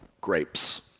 grapes